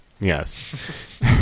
Yes